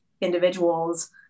individuals